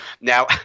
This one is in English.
Now